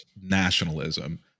nationalism